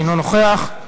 אינו נוכח,